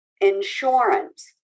insurance